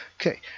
Okay